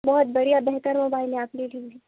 بہت بڑھیا بہتر موبائل ہے آپ لے لیجئے